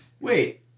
wait